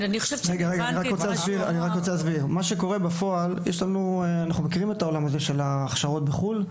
אנחנו מכירים את העולם של ההכשרות בחו"ל,